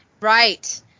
Right